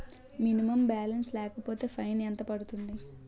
Minimum balance లేకపోతే fine ఎంత పడుతుంది?